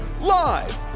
live